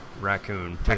raccoon